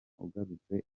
ugarutse